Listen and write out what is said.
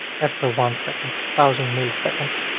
after one second thousand milliseconds.